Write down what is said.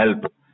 help